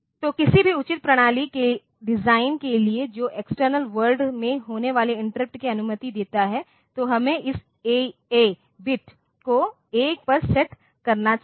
तो किसी भी उचित प्रणाली के डिजाइन के लिए जो एक्सटर्नल वर्ल्ड में होने वाली इंटरप्ट की अनुमति देता है तो हमें इस ईए बिट को 1 पर सेट करना चाहिए